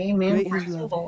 Amen